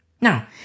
Now